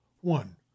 one